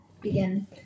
begin